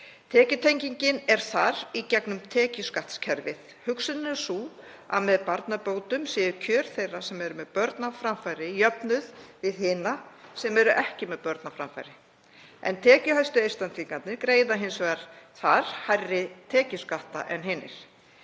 Tekjutengingin er þar í gegnum tekjuskattskerfið. Hugsunin er sú að með barnabótum séu kjör þeirra sem eru með börn á framfæri jöfnuð við hina sem ekki eru með börn á framfæri, en tekjuhæstu einstaklingarnir greiða hins vegar hærri tekjuskatt þar en hinir.